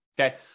Okay